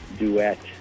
duet